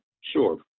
Sure